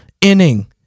inning